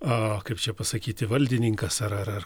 a kaip čia pasakyti valdininkas ar ar ar